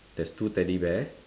there's two teddy bear